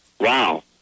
wow